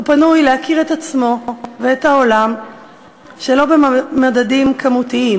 והוא פנוי להכיר את עצמו ואת העולם שלא במדדים כמותיים.